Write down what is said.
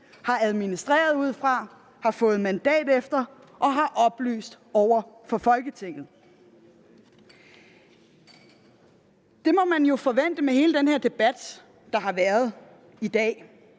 har administreret ud fra, har fået mandat efter og har oplyst over for Folketinget. Det må man jo forvente at få oplyst med hele den her debat, der har været i dag,